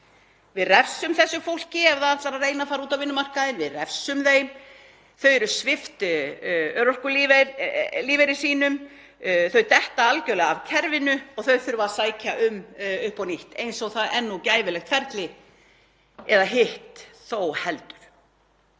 við refsum þessu fólki ef það ætlar að reyna að fara út á vinnumarkaðinn. Við refsum þeim. Þau eru svipt örorkulífeyri sínum. Þau detta algerlega út úr kerfinu og þurfa að sækja um upp á nýtt eins og það er nú gæfulegt ferli eða hitt þó heldur.